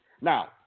Now